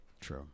True